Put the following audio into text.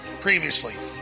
previously